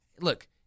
look